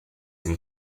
and